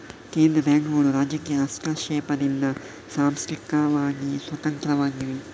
ಕೇಂದ್ರ ಬ್ಯಾಂಕುಗಳು ರಾಜಕೀಯ ಹಸ್ತಕ್ಷೇಪದಿಂದ ಸಾಂಸ್ಥಿಕವಾಗಿ ಸ್ವತಂತ್ರವಾಗಿವೆ